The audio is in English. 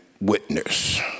witness